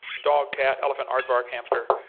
dog, cat, elephant, aardvark, hamster,